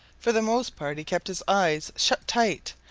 for the most part he kept his eyes shut tight,